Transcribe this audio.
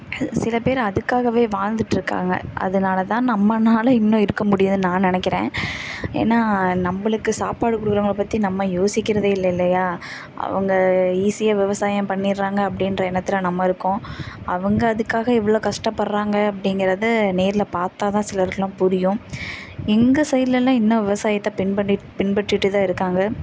சில பேர் அதுக்காகவே வாழ்ந்துட்ருக்காங்க அதனால் தான் நம்மனால் இன்னும் இருக்கற முடியுதுன்னு நான் நினைக்கிறேன் ஏன்னா நம்மளுக்கு சாப்பாடு கொடுக்கறவங்கள பற்றி நம்ம யோசிக்கிறதே இல்லை இல்லையா அவங்க ஈஸியாக விவசாயம் பண்ணிட்டுறாங்க அப்படின்ற எண்ணத்தில் நம்ம இருக்கோம் அவங்க அதுக்காக எவ்வளோ கஷ்டப்பட்றாங்க அப்படிங்கிறத நேரில் பார்த்தா தான் சிலருக்குலாம் புரியும் எங்கள் சைட்லேலாம் இன்னும் விவசாயத்தை பின்பற்றி பின்பற்றிட்டு தான் இருக்காங்க